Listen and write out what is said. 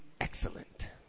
excellent